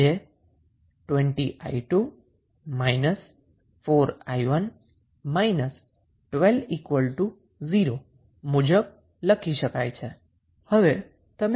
જે 20i2 4i1 12 0 મુજબ લખી શકાય છે